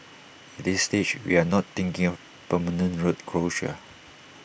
this stage we are not thinking of permanent road closure